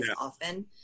often